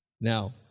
Now